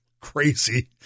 crazy